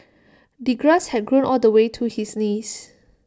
the grass had grown all the way to his knees